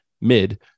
mid